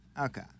Okay